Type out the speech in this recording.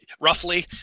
roughly